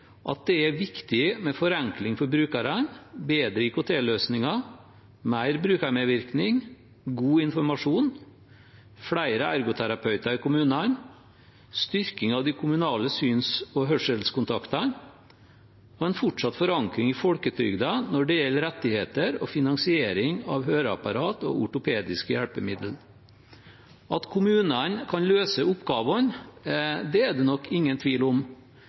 at det er viktig med forenkling for brukerne, bedre IKT-løsninger, mer brukermedvirkning, god informasjon, flere ergoterapeuter i kommunene, styrking av de kommunale syns- og hørselskontaktene og en fortsatt forankring i Folketrygden når det gjelder rettigheter og finansiering av høreapparat og ortopediske hjelpemiddel. At kommunene kan løse oppgavene, er det nok ingen tvil om,